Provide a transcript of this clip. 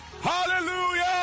hallelujah